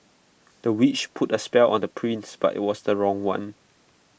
the witch put A spell on the prince but IT was the wrong one